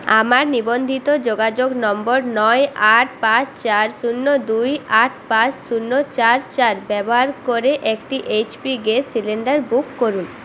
আমার নিবন্ধিত যোগাযোগ নম্বর নয় আট পাঁচ চার শূন্য দুই আট পাঁচ শুন্য চার চার ব্যবহার করে একটি এইচপি গ্যাস সিলিন্ডার বুক করুন